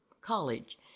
College